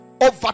over